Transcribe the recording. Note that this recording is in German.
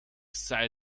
sei